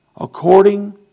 according